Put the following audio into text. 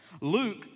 Luke